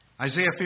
Isaiah